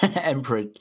Emperor